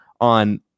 on